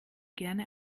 gerne